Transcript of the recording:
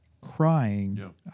crying